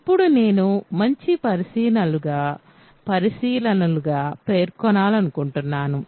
ఇప్పుడు నేను మంచి పరిశీలనలుగా పేర్కొనాలనుకుంటున్నాను